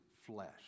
flesh